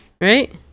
Right